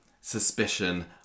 suspicion